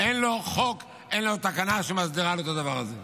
ואין לו חוק, אין לו תקנה שמסדירה לו את הדבר הזה.